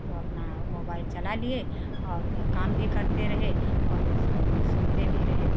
तो अपना मोबाइल चला लिए और काम भी करते रहे और उसको सुनते भी रहे